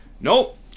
Nope